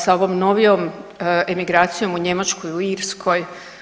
Sa ovom novijom emigracijom u Njemačkoj, u Irskoj?